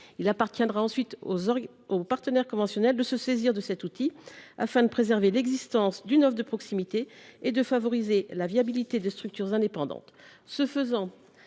Il appartiendra aux partenaires conventionnels de se saisir de cet outil afin de préserver l’existence d’une offre de proximité et de favoriser la viabilité des structures indépendantes.